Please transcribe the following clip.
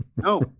no